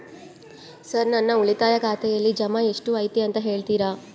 Sir ನನ್ನ ಉಳಿತಾಯ ಖಾತೆಯಲ್ಲಿ ಜಮಾ ಎಷ್ಟು ಐತಿ ಅಂತ ಹೇಳ್ತೇರಾ?